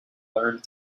learned